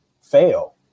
fail